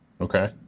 Okay